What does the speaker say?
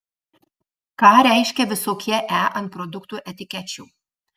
ką reiškia visokie e ant produktų etikečių